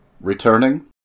returning